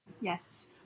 yes